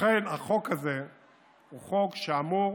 לכן החוק הזה הוא חוק שאמור